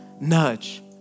nudge